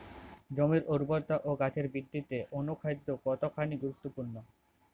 জমির উর্বরতা ও গাছের বৃদ্ধিতে অনুখাদ্য কতখানি গুরুত্বপূর্ণ?